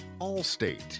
Allstate